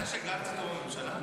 הוא יודע שגנץ איתו בממשלה?